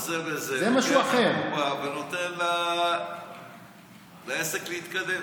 לוקח את הקופה ונותן לעסק להתקדם.